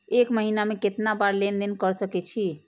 एक महीना में केतना बार लेन देन कर सके छी?